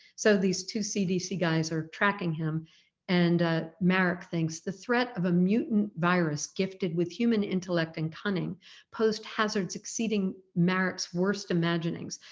so these two cdc guys are tracking him and maryk thinks the threat of a mutant virus gifted with human intellect and cunning posed hazards exceeding maryk's worst imaginings,